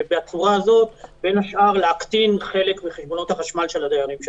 ובצורה הזאת בין השאר להקטין חלק מחשבונות החשמל של הדיירים שלהם.